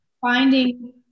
finding